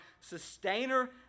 sustainer